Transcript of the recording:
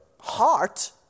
heart